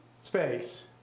space